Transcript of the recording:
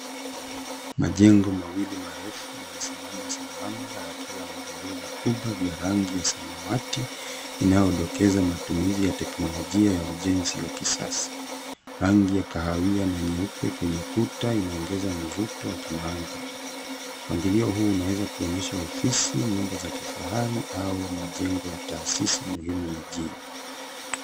Majengo mawili marefu yamesimama sambamba yakiwa na vioo vikubwa vya rangi ya samawati inayodokeza matumizi ya teknolojia ya ujenzi wa kisasi. Rangi ya kahawia na nyeupe kwenye kuta inaongeza mvuto wa kimaandhari. Mpangilio huu umeweza kuonyesha ofisi, nyumba za kifahari, au majengo ya taasisi muhimu mijini.